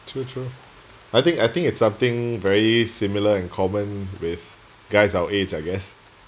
true true I think I think it's something very similar and common with guys our age I guess